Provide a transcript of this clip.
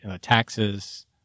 taxes